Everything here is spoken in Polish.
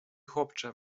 chłopcze